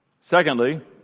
Secondly